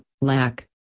lack